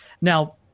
Now